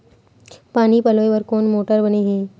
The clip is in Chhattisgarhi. पानी पलोय बर कोन मोटर बने हे?